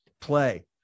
play